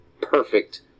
perfect